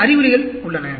சில அறிகுறிகள் உள்ளன